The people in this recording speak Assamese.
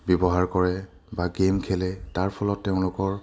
ব্যৱহাৰ কৰে বা গেম খেলে তাৰ ফলত তেওঁলোকৰ